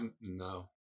No